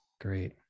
Great